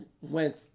went